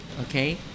okay